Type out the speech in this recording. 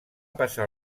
passar